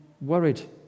worried